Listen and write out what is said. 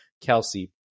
Kelsey